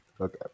Okay